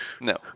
No